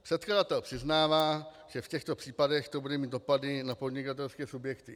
Předkladatel přiznává, že v těchto případech to bude mít dopady na podnikatelské subjekty.